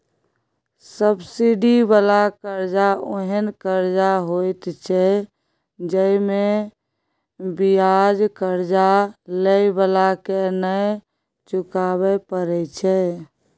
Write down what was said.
subsidy बला कर्जा ओहेन कर्जा होइत छै जइमे बियाज कर्जा लेइ बला के नै चुकाबे परे छै